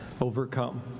overcome